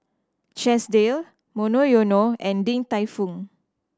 Chesdale Monoyono and Din Tai Fung